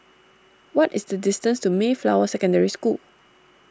what is the distance to Mayflower Secondary School